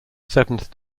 seventh